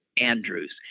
Andrews